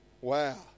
Wow